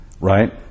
Right